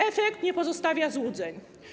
Efekt nie pozostawia złudzeń.